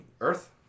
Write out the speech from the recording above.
earth